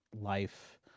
life